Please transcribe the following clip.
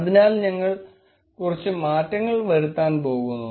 അതിനാൽ ഞങ്ങൾ കുറച്ച് മാറ്റങ്ങൾ വരുത്താൻ പോകുന്നു